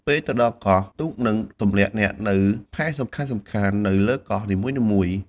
ពេលទៅដល់កោះ ទូកនឹងទម្លាក់អ្នកនៅផែសំខាន់ៗនៅលើកោះនីមួយៗ។